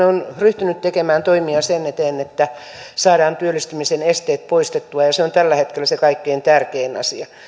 on ryhtynyt tekemään toimia sen eteen että saadaan työllistymisen esteet poistettua ja ja se on tällä hetkellä se kaikkein tärkein asia